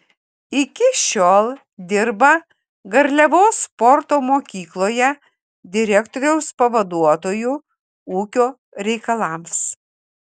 iki šiol dirba garliavos sporto mokykloje direktoriaus pavaduotoju ūkio reikalams